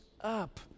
up